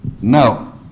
Now